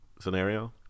scenario